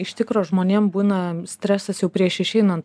iš tikro žmonėm būna stresas jau prieš išeinant